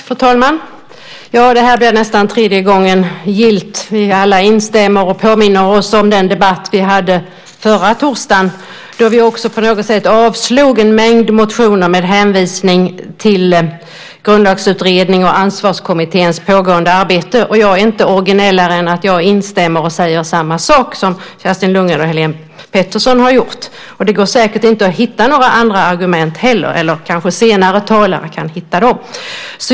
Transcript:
Fru talman! Det här blir nästan tredje gången gillt. Vi instämmer alla och påminner oss den debatt vi hade förra torsdagen då vi också på något sätt avslog en mängd motioner med hänvisning till Grundlagsutredningen och Ansvarskommitténs pågående arbete. Jag är inte originellare än att jag instämmer och säger samma sak som Kerstin Lundgren och Helene Petersson. Det går säkert inte att hitta några andra argument. Senare talare kanske kan hitta dem.